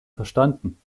verstanden